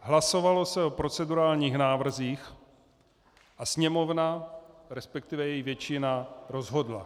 Hlasovalo se o procedurálních návrzích a Sněmovna, resp. její většina, rozhodla.